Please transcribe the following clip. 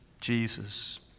Jesus